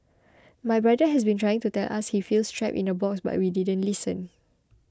my brother has been trying to tell us he feels trapped in a box but we didn't listen